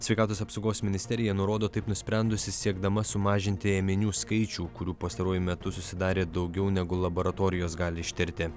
sveikatos apsaugos ministerija nurodo taip nusprendusi siekdama sumažinti ėminių skaičių kurių pastaruoju metu susidarė daugiau negu laboratorijos gali ištirti